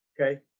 Okay